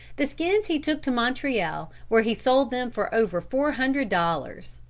the skins he took to montreal, where he sold them for over four hundred dollars.